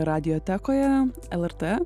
radiotekoje lrt